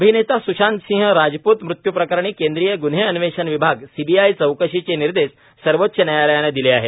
अभिनेता स्शांतसिंह राजपूत मृत्यू प्रकरणी केंद्रीय ग्न्हे अन्वेषण विभाग सीबीआय चौकशीचे निर्देश सर्वोच्च न्यायालयाने दिले आहेत